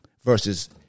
versus